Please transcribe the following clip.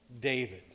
David